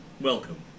Welcome